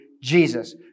Jesus